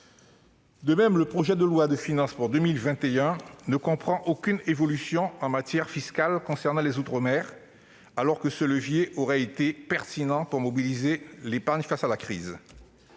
ailleurs, le projet de loi de finances pour 2021 ne comprend aucune évolution en matière fiscale concernant les outre-mer, alors que ce levier aurait été pertinent pour mobiliser l'épargne face à la crise.